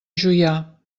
juià